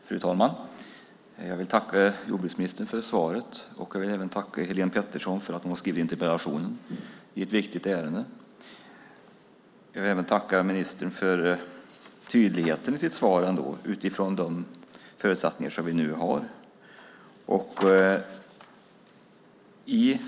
Fru talman! Jag vill tacka jordbruksministern för svaret, och jag vill även tacka Helén Pettersson för att hon har framställt denna interpellation i ett viktigt ärende. Jag vill även tacka ministern för tydligheten i svaret utifrån de förutsättningar som vi nu har.